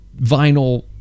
vinyl